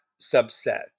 subset